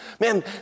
Man